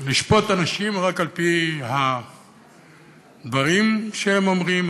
לשפוט אנשים רק על-פי הדברים שהם אומרים,